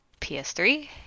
PS3